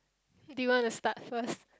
do you want to start first